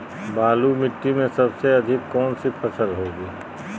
बालू मिट्टी में सबसे अधिक कौन सी फसल होगी?